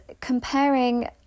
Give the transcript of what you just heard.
comparing